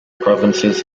provinces